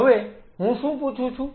હવે હું શું પૂછું છું